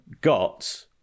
got